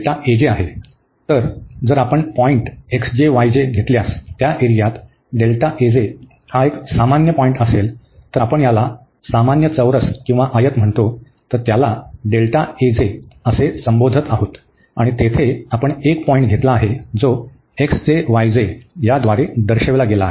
तर जर आपण पॉईंट घेतल्यास त्या एरियात हा एक सामान्य पॉईंट असेल तर आपण याला सामान्य चौरस किंवा आयत म्हणतो तर त्याला असे संबोधत आहोत आणि तेथे आपण एक पॉईंट घेतला आहे जो xj yj याद्वारे दर्शविला गेला आहे